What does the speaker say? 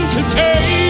Today